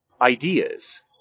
ideas